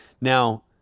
Now